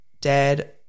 Dad